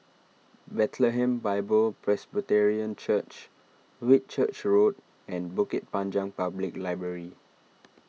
Bethlehem Bible Presbyterian Church Whitchurch Road and Bukit Panjang Public Library